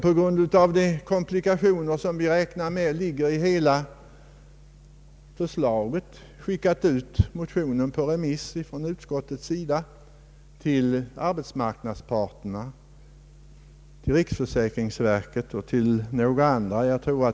På grund av de komplikationer som vi har räknat med att förslaget skulle innebära har utskottet skickat ut motionerna på remiss till arbetsmarknadsparterna, riksförsäkringsverket och andra.